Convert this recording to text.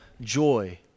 joy